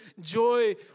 joy